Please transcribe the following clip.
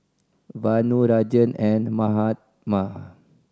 Vanu Rajan and Mahatma